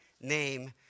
name